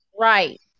right